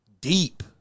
deep